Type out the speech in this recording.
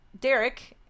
Derek